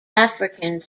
africans